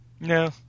No